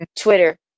Twitter